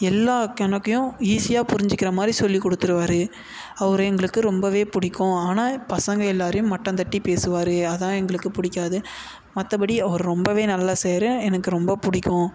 எல்லா கணக்கையும் ஈஸியாக புரிஞ்சிக்கிற மாதிரி சொல்லிக் கொடுத்துருவாரு அவர் எங்களுக்கு ரொம்ப பிடிக்கும் ஆனால் பசங்க எல்லோரையும் மட்டம் தட்டி பேசுவார் அதான் எங்களுக்கு பிடிக்காது மற்றபடி அவர் ரொம்ப நல்ல சேரு எனக்கு ரொம்ப பிடிக்கும்